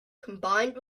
combined